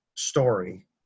story